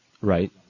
Right